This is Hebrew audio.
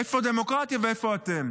איפה דמוקרטיה ואיפה אתם.